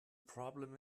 problem